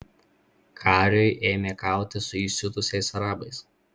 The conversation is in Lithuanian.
kariui ėmė kautis su įsiutusiais arabais